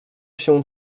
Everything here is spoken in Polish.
się